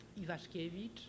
Iwaszkiewicz